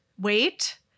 wait